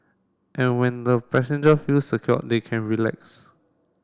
and when the passenger feel secure they can relax